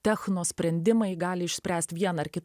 technosprendimai gali išspręsti vieną ar kitą